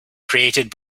created